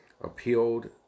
appealed